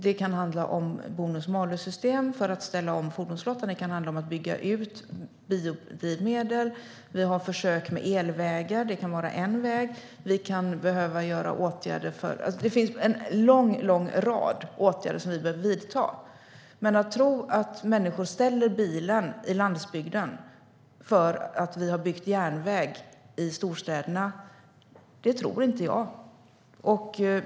Det kan handla om bonus-malus-system för att ställa om fordonsflottan. Det kan handla om att bygga ut biodrivmedel. Vi har olika försök med elvägar, som kan vara en väg. Det finns en lång rad åtgärder som vi behöver vidta. Men att människor på landsbygden kommer att ställa bilen därför att vi har byggt järnväg i storstäderna tror jag inte.